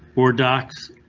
or docs.